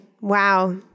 Wow